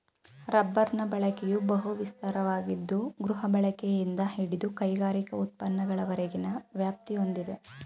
ರಬ್ಬರ್ನ ಬಳಕೆಯು ಬಹು ವಿಸ್ತಾರವಾಗಿದ್ದು ಗೃಹಬಳಕೆಯಿಂದ ಹಿಡಿದು ಕೈಗಾರಿಕಾ ಉತ್ಪನ್ನಗಳವರೆಗಿನ ವ್ಯಾಪ್ತಿ ಹೊಂದಿದೆ